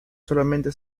solamente